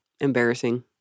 Embarrassing